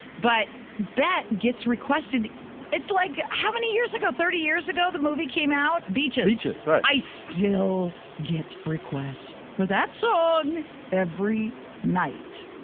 but bet gets requested it's like how many years ago, thirty years ago, the movie came out beeches beeches i still get requests for that song every night.